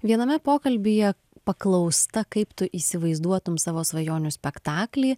viename pokalbyje paklausta kaip tu įsivaizduotum savo svajonių spektaklį